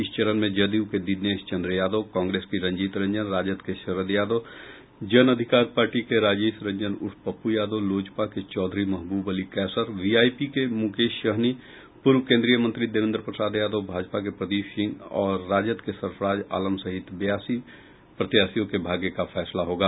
इस चरण में जदयू के दिनेश चंद्र यादव कांग्रेस की रंजित रंजन राजद के शराद यादव जन अधिकार पार्टी के राजेश रंजन उर्फ पप्पू यादव लोजपा के चौधरी महबूब अली कैसर वीआईपी के मुकेश सहनी पूर्व केंद्रीय मंत्री देवेंद्र प्रसाद यादव भाजपा के प्रदीप सिंह और राजद के सरफराज आलम सहित बयासी प्रत्याशियों के भाग्य का फैसला होगा